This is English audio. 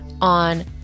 on